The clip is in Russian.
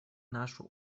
нашу